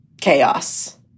chaos